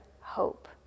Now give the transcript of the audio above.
hope